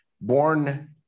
born